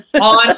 On